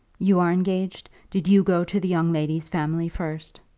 you are engaged? did you go to the young lady's family first?